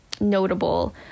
notable